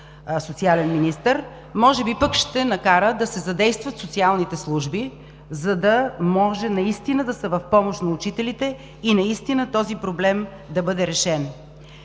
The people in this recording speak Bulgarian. социален министър, може би пък ще накара да се задействат социалните служби, за да може наистина да са в помощ на учителите и наистина този проблем да бъде решен.